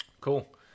cool